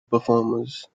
performers